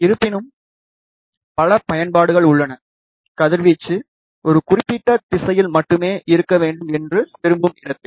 இருப்பினும் பல பயன்பாடுகள் உள்ளன கதிர்வீச்சு ஒரு குறிப்பிட்ட திசையில் மட்டுமே இருக்க வேண்டும் என்று விரும்பும் இடத்தில்